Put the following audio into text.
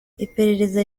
iperereza